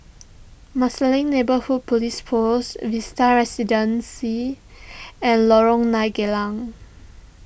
Marsiling Neighbourhood Police Post Vista Residences and Lorong nine Geylang